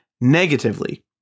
negatively